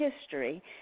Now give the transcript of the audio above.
history